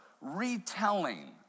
retelling